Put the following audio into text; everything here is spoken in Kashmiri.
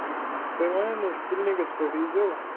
تۄہہِ ونیو نہٕ حظ کِلنِکَس پٮ۪ٹھ ییٖزیو